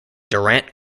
durant